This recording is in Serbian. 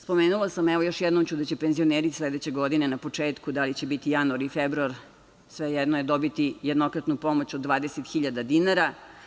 Spomenula sam, a evo još jednom ću, da će penzioneri sledeće godine na početku, da li će biti januar ili februar, svejedno je, dobiti jednokratnu pomoć od 20.000 dinara.